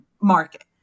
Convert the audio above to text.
market